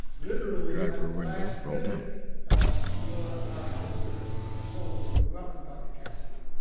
literally at the last minute for our health fair today. so, we welcome dr. kaskie.